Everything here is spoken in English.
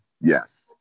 Yes